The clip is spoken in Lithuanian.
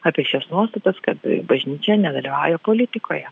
apie šias nuostatas kad bažnyčia nedalyvauja politikoje